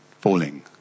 falling